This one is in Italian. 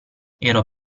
ero